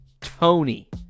Tony